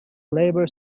labour